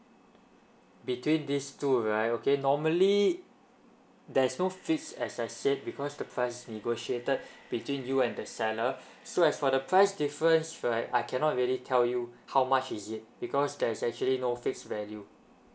between these two right okay normally there's no fix as I said because the price negotiated between you and the seller so as for the price difference right I cannot really tell you how much is it because there's actually no fix value